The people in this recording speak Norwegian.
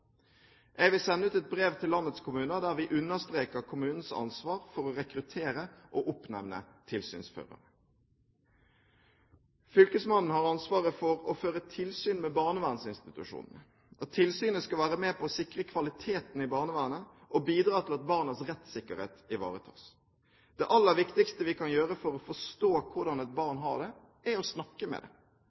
Jeg vil sende ut et brev til landets kommuner der vi understreker kommunens ansvar for å rekruttere og oppnevne tilsynsførere. Fylkesmannen har ansvaret for å føre tilsyn med barnevernsinstitusjonene. Tilsynet skal være med på å sikre kvaliteten i barnevernet og bidra til at barnas rettssikkerhet ivaretas. Det aller viktigste vi kan gjøre for å forstå hvordan et barn har det, er å snakke med det.